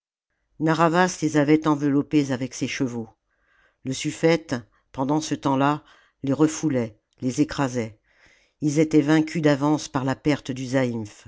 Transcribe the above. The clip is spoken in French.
narr'havas les avait enveloppés avec ses chevaux le suffete pendant ce temps-là les refoulait les écrasait ils étaient vaincus d'avance par la perte